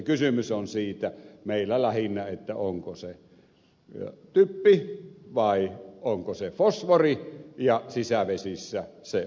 kysymys on meillä lähinnä siitä onko se typpi vai onko se fosfori ja sisävesissä se on fosfori